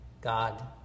God